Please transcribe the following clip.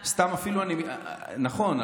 נכון,